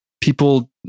people